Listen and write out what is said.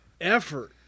effort